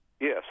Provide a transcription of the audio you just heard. Yes